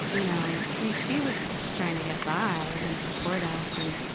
you know. she, she was just trying to get by and support us. and,